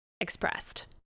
expressed